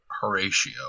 horatio